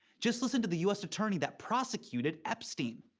just listen to the u s. attorney that prosecuted epstein.